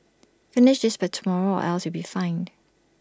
finish this by tomorrow or else you'll be fired